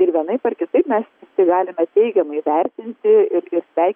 ir vienaip ar kitaip mes galime teigiamai vertinti ir ir sveikinti